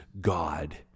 God